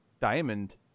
diamond